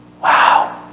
Wow